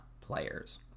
players